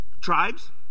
Tribes